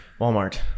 Walmart